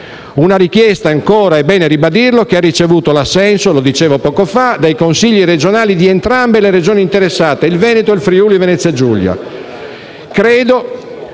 Una richiesta, è bene ribadirlo, che ha ricevuto l'assenso, lo dicevo poco fa, dei Consigli regionali di entrambe le Regioni interessate: il Veneto e il Friuli-Venezia Giulia.